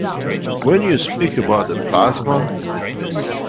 when you speak about the plasma, is this.